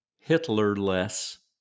hitler-less